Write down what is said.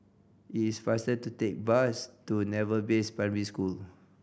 it's faster to take the bus to Naval Base Primary School